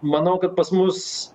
manau kad pas mus